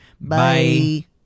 Bye